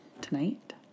tonight